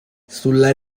sulla